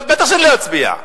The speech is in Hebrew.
בטח שאני לא אצביע.